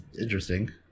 interesting